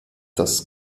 das